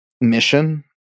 mission